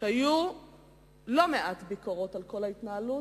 והיו לא מעט ביקורות על כל ההתנהלות.